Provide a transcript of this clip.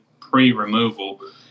pre-removal